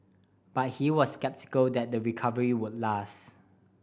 but he was sceptical that the recovery would last